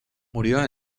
murió